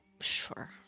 Sure